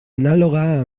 anàloga